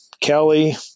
Kelly